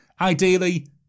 Ideally